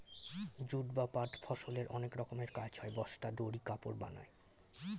jute বা পাট ফসলের অনেক রকমের কাজ হয়, বস্তা, দড়ি, কাপড় বানায়